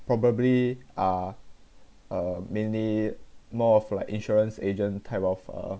probably are uh mainly more of like insurance agent type of uh